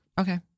okay